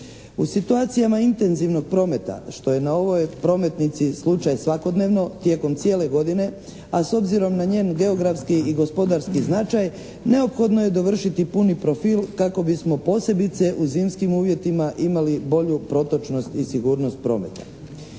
U situacijama intenzivnog prometa što je na ovoj prometnici svakodnevno tijekom cijele godine a s obzirom na njen geografski i gospodarski značaj neophodno je dovršiti puni profil kako bismo posebice u zimskim uvjetima imali bolju protočnost i sigurnost prometa.